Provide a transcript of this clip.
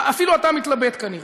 אפילו אתה מתלבט, כנראה.